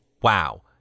Wow